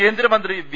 കേന്ദ്രമന്ത്രി വി